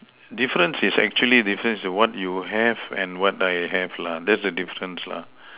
difference is actually difference what you have and what I have lah that's the difference lah